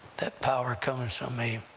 that power comes on me